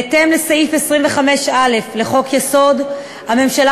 התאם לסעיף 25(א) לחוק-יסוד: הממשלה,